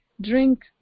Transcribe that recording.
drink